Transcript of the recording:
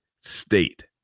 state